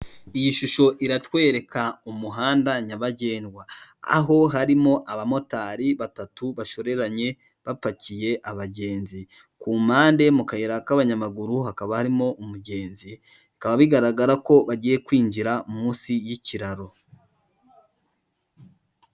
Iyi shusho iratwereka umuhanda nyabagendwa, aho harimo abamotari batatu bashoreranye bapakiye abagenzi, ku mpande mu kayira k'abanyamaguru hakaba harimo umugenzi, bikaba bigaragara ko bagiye kwinjira munsi y'ikiraro.